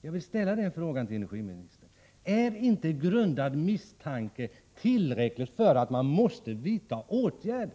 Jag vill ställa den frågan till energiministern: Är inte grundad misstanke om ett samband tillräcklig för att man måste vidta åtgärder?